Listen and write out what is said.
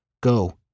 Go